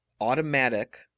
automatic